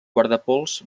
guardapols